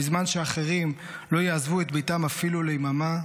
בזמן שאחרים לא יעזבו את ביתם אפילו ליממה,